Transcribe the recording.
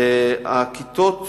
הכיתות